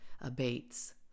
abates